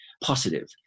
positive